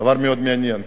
זה דבר מאוד מעניין.